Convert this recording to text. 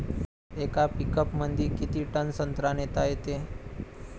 येका पिकअपमंदी किती टन संत्रा नेता येते?